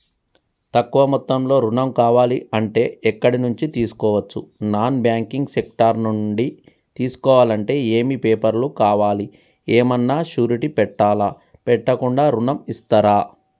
తక్కువ మొత్తంలో ఋణం కావాలి అంటే ఎక్కడి నుంచి తీసుకోవచ్చు? నాన్ బ్యాంకింగ్ సెక్టార్ నుంచి తీసుకోవాలంటే ఏమి పేపర్ లు కావాలి? ఏమన్నా షూరిటీ పెట్టాలా? పెట్టకుండా ఋణం ఇస్తరా?